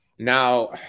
Now